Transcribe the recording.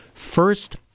first